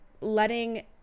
letting